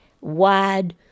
wide